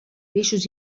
peixos